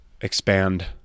expand